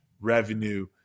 revenue